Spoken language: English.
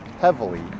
heavily